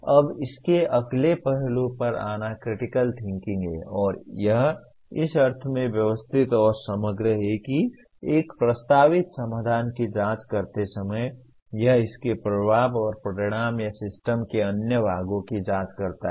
अब इसके अगले पहलू पर आना क्रिटिकल थिंकिंग है और यह इस अर्थ में व्यवस्थित और समग्र है कि एक प्रस्तावित समाधान की जांच करते समय यह इसके प्रभाव और परिणाम या सिस्टम के अन्य भागों की जांच करता है